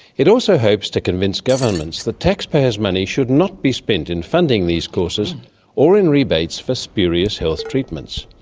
it also hopes to convince governments that taxpayers' money should not be spent in funding these courses or in rebates for spurious health treatments.